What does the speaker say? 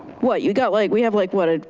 what you got like we have like what, ah